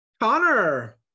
Connor